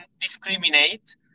discriminate